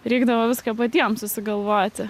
reikdavo viską patiems susigalvoti